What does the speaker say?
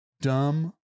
Dumb